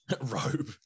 robe